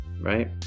right